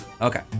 Okay